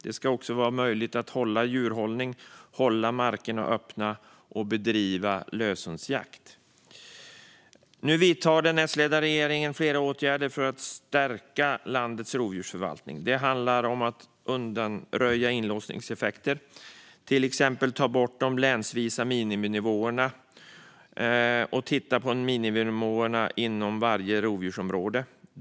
Det ska också vara möjligt att bedriva djurhållning, hålla markerna öppna och bedriva löshundsjakt. Nu vidtar den S-ledda regeringen flera åtgärder för att stärka landets rovdjursförvaltning. Det handlar om att undanröja inlåsningseffekter genom att till exempel ta bort de länsvisa miniminivåerna och titta på miniminivåerna inom varje rovdjursområde.